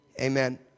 Amen